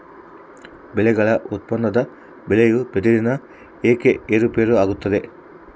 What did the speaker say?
ಬೆಳೆಗಳ ಉತ್ಪನ್ನದ ಬೆಲೆಯು ಪ್ರತಿದಿನ ಏಕೆ ಏರುಪೇರು ಆಗುತ್ತದೆ?